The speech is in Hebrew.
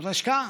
זאת השקעה.